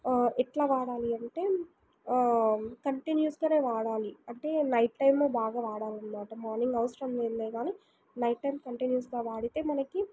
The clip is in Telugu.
ఎట్లా వాడాలి అంటే కంటిన్యూస్గానే వాడాలి అంటే నైట్ టైం బాగా వాడాలనమాట మార్నింగ్ అవసరం లేదులే గానీ నైట్ టైం కంటిన్యూస్గా వాడితే మనకి